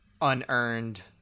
unearned